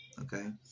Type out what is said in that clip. Okay